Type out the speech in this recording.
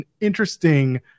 interesting